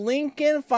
Lincoln